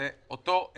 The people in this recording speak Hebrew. זה אותו עצמאי